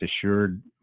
assured